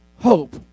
hope